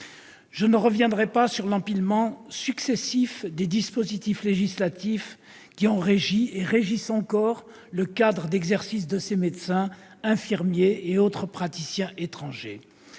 Je ne reviendrai pas sur l'empilement successif des dispositifs législatifs qui ont régi et régissent encore le cadre d'exercice de ces médecins, infirmiers et autres praticiens étrangers.